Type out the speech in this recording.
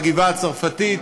הגבעה הצרפתית,